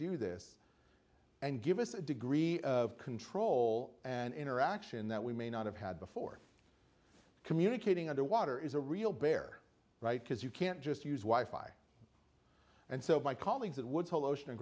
do this and give us a degree of control and interaction that we may not have had before communicating underwater is a real bear right because you can't just use wife i and so my colleagues at